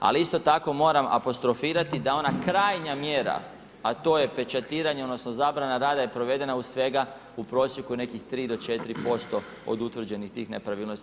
Ali isto tako moram apostrofirati da ona krajnja mjera, a to je pečatiranje, odnosno zabrana rada je provedena uz svega u prosjeku nekih 3-4% od utvrđenih nepravilnosti.